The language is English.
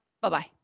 Bye-bye